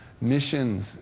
Missions